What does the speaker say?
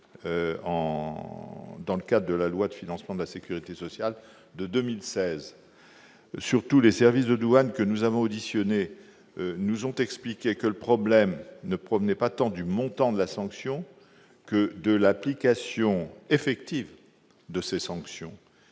dans le cadre de la loi de financement de la sécurité sociale pour 2016. Surtout, les services des douanes que nous avons auditionnés nous ont expliqué que le problème ne provenait pas tant du montant des sanctions que de leur application effective. À cet